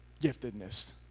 giftedness